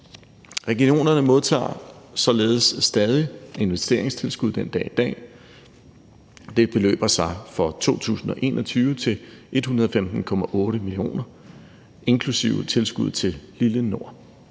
Regionerne modtager således stadig investeringstilskud den dag i dag. Det beløber sig i 2021 til 115,8 mio. kr. inklusive tilskuddet til Lille Nord.